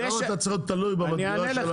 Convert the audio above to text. למה אתה צריך להיות תלוי במדגרה שלו.